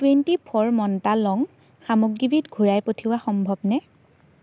twenty four মন্তা লং সামগ্ৰীবিধ ঘূৰাই পঠিওৱা সম্ভৱনে